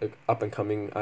at up and coming